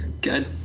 good